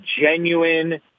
genuine